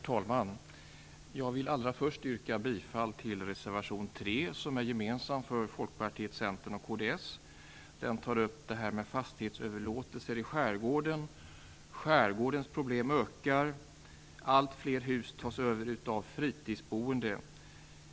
Herr talman! Allra först yrkar jag bifall till reservation 3, som är gemensam för Folkpartiet, Centern och kds. Där tas frågan om fastighetsöverlåtelser i skärgården upp. Skärgårdens problem ökar ju, och allt fler hus tas över av fritidsboende.